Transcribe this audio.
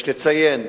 יש לציין